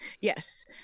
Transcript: Yes